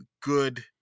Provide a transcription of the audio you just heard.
good